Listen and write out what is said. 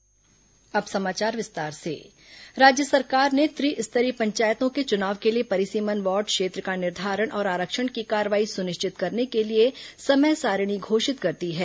अब समाचार विस्तार से पंचायत चुनाव राज्य सरकार ने त्रिस्तरीय पंचायतों के चुनाव के लिए परिसीमन वार्ड क्षेत्र का निर्धारण और आरक्षण की कार्रवाई सुनिश्चित करने के लिए समय सारिणी घोषित कर दी है